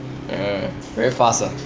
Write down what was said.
ah very fast ah